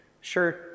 Sure